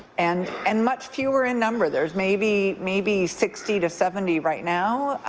and and much fewer in number. there is maybe maybe sixty to seventy right now